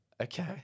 Okay